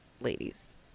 ladies